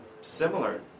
similar